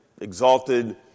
exalted